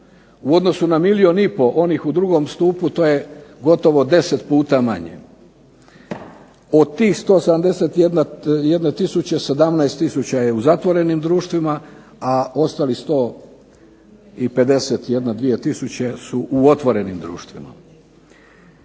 U odnosu na milijun i pol onih u drugom stupu to je gotovo 10 puta manje. Od tih 171 tisuće, 17 tisuća je u zatvorenim društvima, a ostalih 151 tisuće su u otvorenim društvima.